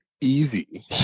easy